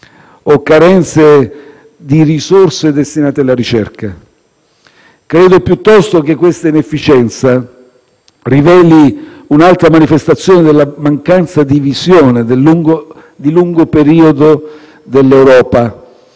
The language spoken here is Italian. o di risorse destinate alla ricerca; credo piuttosto che questa inefficienza riveli un'altra manifestazione della mancanza di visione di lungo periodo dell'Europa